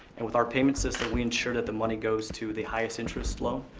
and with our payment system we ensure that the money goes to the highest interest loan,